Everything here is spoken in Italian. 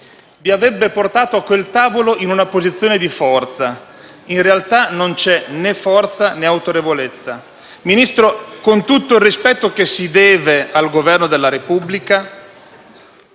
vi avrebbe portato a quel tavolo in una posizione di forza. In realtà, non c'è né forza, né autorevolezza. Ministro, con tutto il rispetto che si deve al Governo della Repubblica,